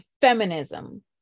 feminism